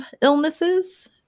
illnesses